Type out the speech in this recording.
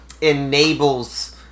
enables